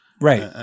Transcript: Right